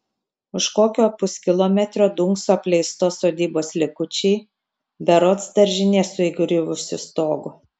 už kokio puskilometrio dunkso apleistos sodybos likučiai berods daržinė su įgriuvusiu stogu